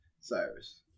Cyrus